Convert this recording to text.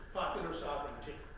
popular sovereignty.